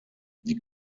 die